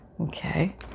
Okay